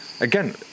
again